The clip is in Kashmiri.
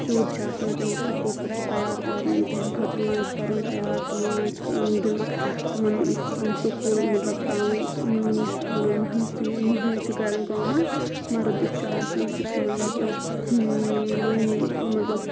شُرۍ چھِ آسان تٔمِس سکوٗل خٲطرٕ تَیار کَرٕنۍ تِہنٛدِ خٲطرٕ لانچ کَرُن تَیار تِمن لانچ دیُن تمَن تم سکوٗل مطلب ترٛاوٕنۍ یَتھ کیاہ وَنان مۄہنوِس سٕنٛد مۄہنیو چھِ کَرٕنۍ کٲم مَرٕد یُس چھُ آسان سُہ چھُ مطلب مۄہنیو مطلب